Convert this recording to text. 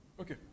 Okay